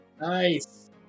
Nice